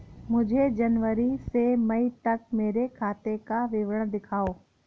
मुझे जनवरी से मई तक मेरे खाते का विवरण दिखाओ?